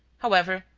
however,